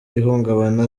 ihungabana